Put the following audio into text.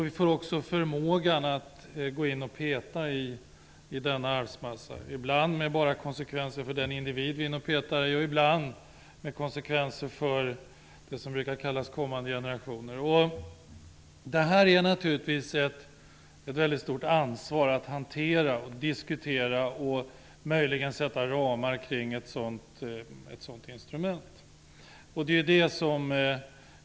Vi får också förmågan att gå in och peta i denna arvsmassa - ibland med konsekvenser bara för den individ vi är inne och petar i, och ibland med konsekvenser för det som brukar kallas kommande generationer. Detta innebär naturligtvis ett väldigt stort ansvar. Vi måste hantera, diskutera och möjligen sätta ramar kring ett sådant här instrument.